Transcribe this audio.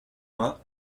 vingt